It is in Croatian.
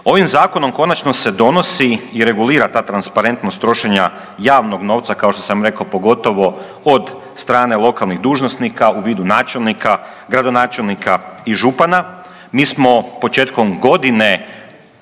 Ovim zakonom konačno se donosi i regulira ta transparentnost trošenja javnog nova, kao to sam rekao pogotovo od strane lokalnih dužnosnika u vidu načelnika, gradonačelnika i župana. Mi smo početkom godine